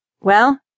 Well